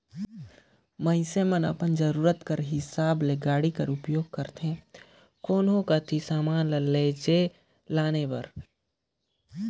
मइनसे मन अपन जरूरत कर हिसाब ले गाड़ी कर उपियोग करथे कोनो कती समान ल लेइजे लाने बर